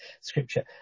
scripture